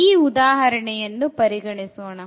ಈ ಉದಾಹರಣೆಯನ್ನು ಪರಿಗಣಿಸೋಣ